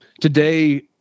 today